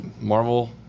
Marvel